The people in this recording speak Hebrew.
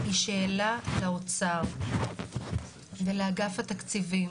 היא שאלה לאוצר ולאגף התקציבים.